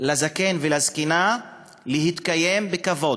לזקן ולזקנה להתקיים בכבוד.